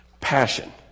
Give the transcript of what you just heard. Passion